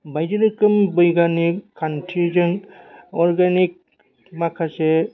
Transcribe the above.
बायदि रोखोम बैगानिक खान्थिजों अर्गेनिक माखासे